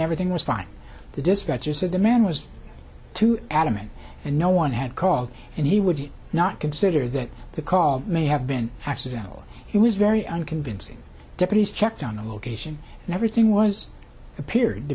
everything was fine the dispatcher said the man was too adamant and no one had called and he would not consider that the call may have been accidental he was very unconvincing deputies checked on the location and everything was appeared to